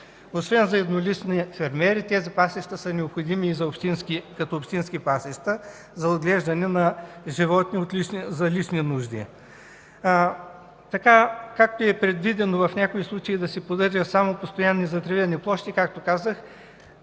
Освен за еднолични фермери тези пасища са необходими и като общински пасища за отглеждане на животни за лични нужди. Така, както е предвидено в някои случаи да се подаде само „постоянно затревени площи”, както казах,